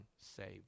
saved